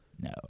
No